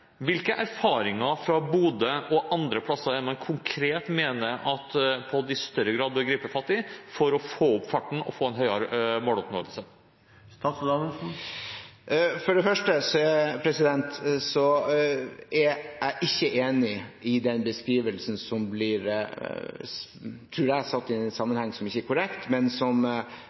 hvilke erfaringer fra Bodø og andre steder er det man konkret mener at POD i større grad bør gripe fatt i for å få opp farten og få en høyere måloppnåelse? For det første er jeg ikke enig i beskrivelsen, som blir – tror jeg – satt inn i en sammenheng som ikke er korrekt, men som